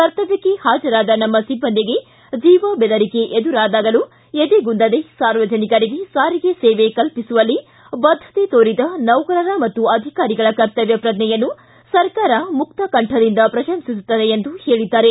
ಕರ್ತವ್ಯಕ್ಷೆ ಹಾಜರಾದ ನಮ್ಮ ಸಿಬ್ಬಂದಿಗೆ ಜೀವಬೆದರಿಕೆ ಎದುರಾದಾಗಲೂ ಎದೆಗುಂದದೆ ಸಾರ್ವಜನಿಕರಿಗೆ ಸಾರಿಗೆ ಸೇವೆ ಕಲ್ಲಿಸುವಲ್ಲಿ ಬದ್ದತೆ ತೋರಿದ ನೌಕರರ ಮತ್ತು ಅಧಿಕಾರಿಗಳ ಕರ್ತವ್ಯ ಪ್ರಜ್ನೆಯನ್ನು ಸರ್ಕಾರ ಮುಕ್ತಕಂಠದಿಂದ ಪ್ರಶಂಸಿಸುತ್ತದೆ ಎಂದು ಹೇಳಿದ್ದಾರೆ